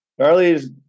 Charlie's